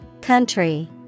Country